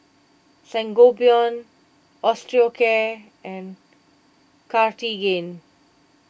Sangobion Osteocare and Cartigain